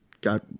got